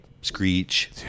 Screech